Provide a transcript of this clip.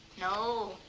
No